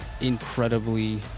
incredibly